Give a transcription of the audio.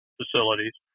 facilities